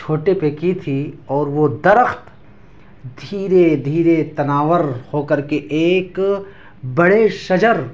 چھوٹے پہ کی تھی اور وہ درخت دھیرے دھیرے تناور ہو کر کے ایک بڑے شجر